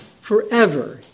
forever